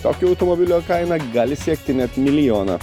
tokio automobilio kaina gali siekti net milijoną